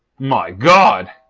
my god!